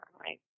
Right